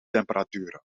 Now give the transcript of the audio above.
temperaturen